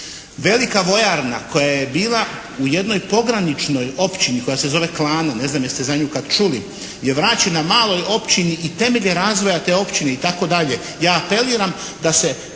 Velika vojarna koja je bila u jednoj pograničnoj općini koja se zove Klana, ne znam jeste li za nju kad čuli, je vraćena maloj općini i temelj je razvoja te općine itd. Ja apeliram da se